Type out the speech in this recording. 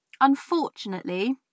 unfortunately